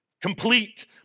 complete